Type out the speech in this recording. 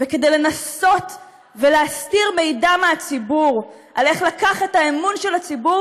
וכדי לנסות ולהסתיר מידע מהציבור על איך לקח את האמון של הציבור